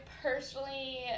personally